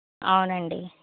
అవునండి